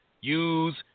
use